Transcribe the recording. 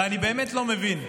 אני באמת לא מבין.